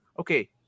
okay